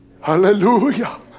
Hallelujah